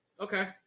Okay